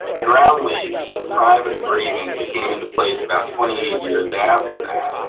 the ground lease is a private agreement that came into place about twenty eight years after that.